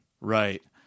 Right